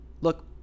Look